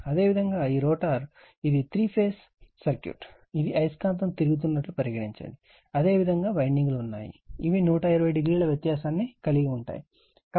అదేవిధంగా ఈ రోటర్ ఇది 3 ఫేజ్ సర్క్యూట్ ఇది అయస్కాంతం తిరుగుతున్నట్లు పరిగణించండి అదేవిధంగా వైండింగ్ లు ఉన్నాయి ఇవి 120o వ్యత్యాసాన్ని కలిగి ఉంటాయి